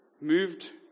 moved